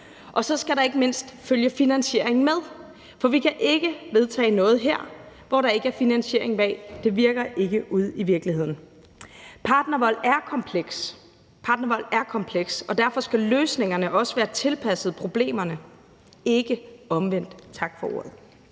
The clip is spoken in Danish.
Og så skal der ikke mindst følge finansiering med, for vi kan ikke vedtage noget her, når der ikke er finansiering bag. Det virker ikke ude i virkeligheden. Partnervold er komplekst. Partnervold er komplekst, og derfor skal løsningerne også være tilpasset problemerne, ikke omvendt. Tak for ordet.